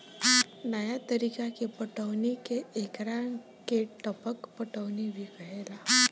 नया तरीका के पटौनी के एकरा के टपक पटौनी भी कहाला